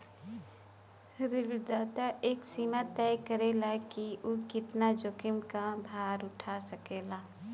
ऋणदाता एक सीमा तय करला कि उ कितना जोखिम क भार उठा सकेला